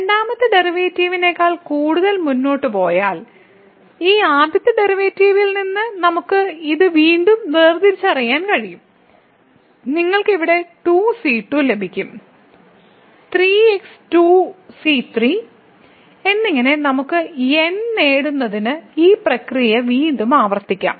രണ്ടാമത്തെ ഡെറിവേറ്റീവിനേക്കാൾ കൂടുതൽ മുന്നോട്ട് പോയാൽ ഈ ആദ്യത്തെ ഡെറിവേറ്റീവിൽ നിന്ന് നമുക്ക് ഇത് വീണ്ടും വേർതിരിച്ചറിയാൻ കഴിയും നിങ്ങൾക്ക് ഇവിടെ 2c2 ലഭിക്കും 3x2c3 എന്നിങ്ങനെ നമുക്ക് n നേടുന്നതിന് ഈ പ്രക്രിയ വീണ്ടും ആവർത്തിക്കാം